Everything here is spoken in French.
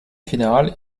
fédéral